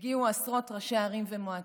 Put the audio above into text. הגיעו עשרות ראשי ערים ומועצות,